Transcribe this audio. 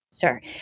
Sure